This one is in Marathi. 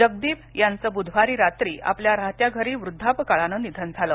जगदीप यांचं बूधवारी रात्री आपल्या राहत्या घरी व्रद्धापकाळानं निधन झालं